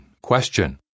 Question